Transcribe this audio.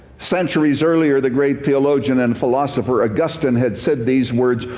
centuries earlier the great theologian and philosopher augustine had said these words,